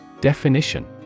Definition